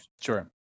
Sure